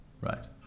Right